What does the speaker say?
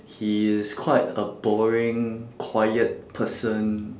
he is quite a boring quiet person